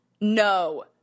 No